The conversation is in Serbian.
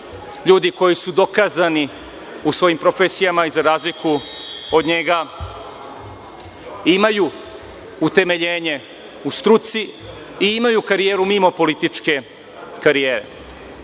ljudi koji su dokazani u svojim profesijama i za razliku od njega imaju utemeljenje u struci i imaju karijeru mimo političke karijere. Gospodine